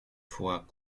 fois